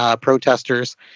protesters